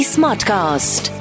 Smartcast